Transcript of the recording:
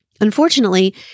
Unfortunately